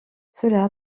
cela